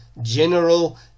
general